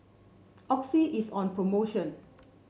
Oxy is on promotion